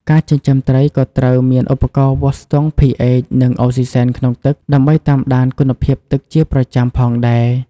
ការចិញ្ចឹមត្រីក៏ត្រូវមានឧបករណ៍វាស់ស្ទង់ pH និងអុកស៊ីសែនក្នុងទឹក ដើម្បីតាមដានគុណភាពទឹកជាប្រចាំផងដែរ។